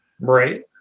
right